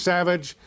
Savage